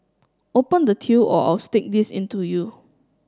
open the till or I'll stick this into you